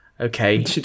okay